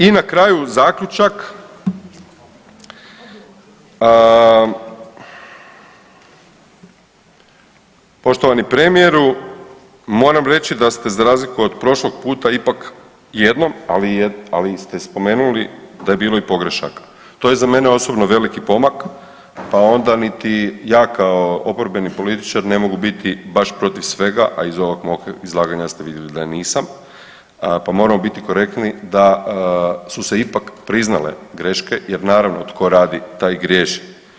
I na kraju zaključak, poštovani premijeru moram reći da ste za razliku od prošlog puta ipak jednom, ali ste spomenuli da je bilo i pogrešaka to je za mene osobno veliki pomak pa onda niti ja kao oporbeni političar ne mogu biti baš protiv svega, a iz ovog mog izlaganja ste vidjeli da nisam, pa moramo biti korektni da su se ipak priznale greške jer naravno tko radi taj griješi.